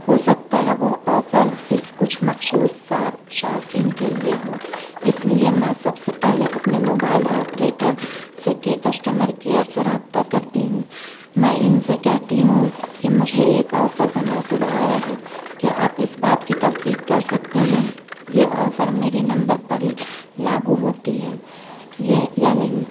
ہو سکتا ہے وہ آفر صرف کچھ مخصوص صارفین کے لیے ہو اس لیے میں سب سے پہلے اپنے موبائل آپریٹر سے کے کسٹمر کیئر سے رابطہ کرتی ہوں میں ان سے کہتی ہوں کہ مجھے ایک آفر کا میسج آیا ہے کیا آپ اس بات کی تصدیق کر سکتے ہیں یہ آفر میری نمبر پر لاگو ہوتی ہے یہ یا نہیں